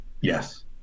Yes